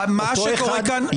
מה שקורה פה זה הידברות?